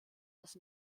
das